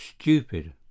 stupid